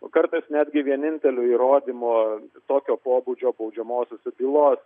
o kartais netgi vieninteliu įrodymu tokio pobūdžio baudžiamosiose bylose